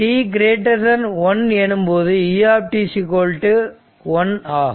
t1 எனும்போது u 1 ஆகும்